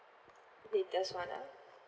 latest one ah